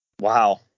Wow